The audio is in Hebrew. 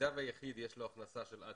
במידה ויחיד, יש לו הכנסה של עד